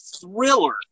thriller